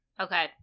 Okay